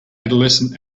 adolescent